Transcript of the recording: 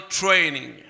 training